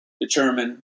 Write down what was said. determine